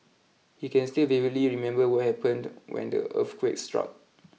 he can still vividly remember what happened when the earthquake struck